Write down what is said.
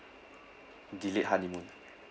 delayed honeymoon